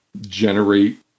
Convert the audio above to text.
generate